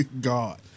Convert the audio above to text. God